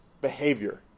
behavior